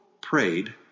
prayed